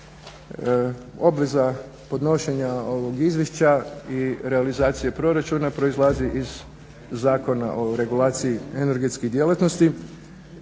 Obveza podnošenja ovog izvješća i realizacija proračuna proizlazi iz Zakona o regulaciji energetskih djelatnosti